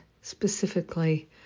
specifically